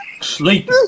Sleep